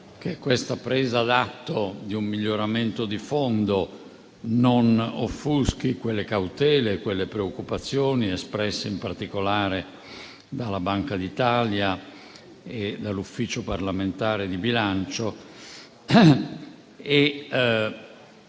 che questa presa d'atto di un miglioramento di fondo non offuschi quelle cautele, quelle preoccupazioni espresse in particolare dalla Banca d'Italia e dall'Ufficio parlamentare di bilancio.